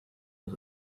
was